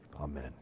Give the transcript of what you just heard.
Amen